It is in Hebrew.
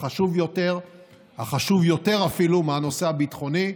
החשוב יותר אפילו מהנושא הביטחוני,